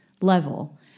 level